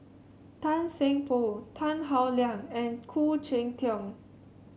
Tan Seng Poh Tan Howe Liang and Khoo Cheng Tiong